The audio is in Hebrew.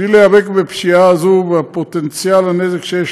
בשביל להיאבק בפשיעה הזאת ובפוטנציאל הנזק שיש